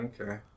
okay